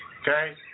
okay